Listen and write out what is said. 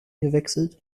gewechselt